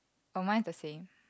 orh mine is the same